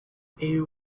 ill